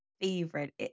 favorite